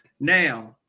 Now